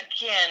again